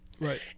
Right